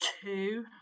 two